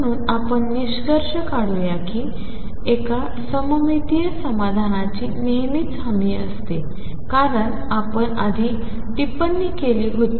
म्हणून आपण निष्कर्ष काढूया की एका सममितीय समाधानाची नेहमीच हमी असते कारण आपण आधी टिप्पणी केली होती